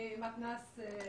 במתנ"ס יהודי,